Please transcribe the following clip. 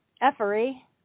effery